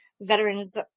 veterans